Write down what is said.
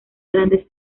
grandes